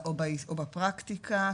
או בפרקטיקה?